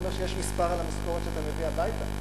אומר שיש מספר על המשכורת שאתה מביא הביתה.